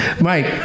Mike